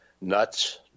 nuts